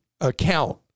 account